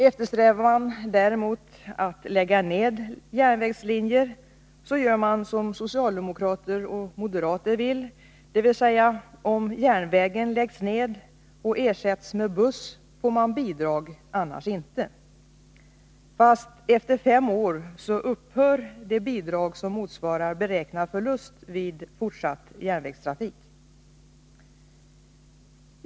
Eftersträvar man däremot att lägga ned järnvägslinjer, gör man som socialdemokrater och moderater vill, dvs. om järnvägen läggs ned och ersätts med buss, får man bidrag, annars inte. Fast efter fem år upphör det bidrag som motsvarar beräknad förlust vid fortsatt järnvägstrafik.